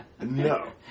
no